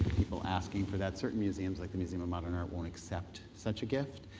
people asking for that. certain museums like the museum of modern art won't accept such a gift.